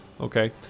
okay